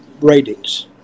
ratings